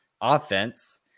offense